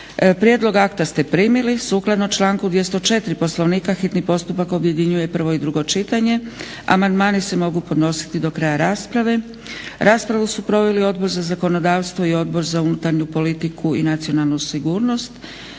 Prijedlog akta ste primili. Sukladno članku 204. Poslovnika, hitni postupak objedinjuje prvo i drugo čitanje. Amandmani se mogu podnositi do kraja rasprave. Raspravu su proveli Odbor za zakonodavstvo i Odbor za unutarnju politiku i nacionalnu sigurnost.